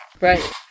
Right